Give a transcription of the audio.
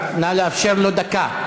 נא לאפשר לו דקה.